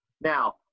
Now